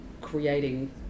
creating